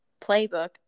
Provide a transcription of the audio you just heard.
playbook